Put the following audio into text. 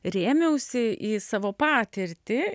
rėmiausi į savo patirtį